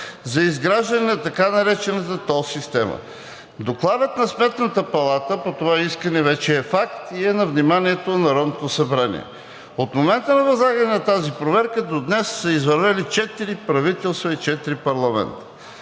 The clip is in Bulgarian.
за изграждане на така наречената тол система. Докладът на Сметната палата по това искане вече е факт и е на вниманието на Народното събрание. От момента на възлагане на тази проверка до днес са се извървели четири правителства и четири парламента.